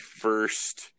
first